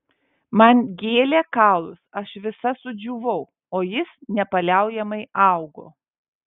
man gėlė kaulus aš visa sudžiūvau o jis nepaliaujamai augo